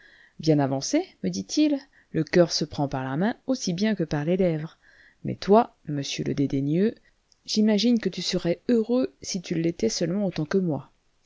bien avancé me dit-il le coeur se prend par la main aussi bien que par les lèvres mais toi monsieur le dédaigneux j'imagine que tu serais heureux si tu l'étais seulement autant que moi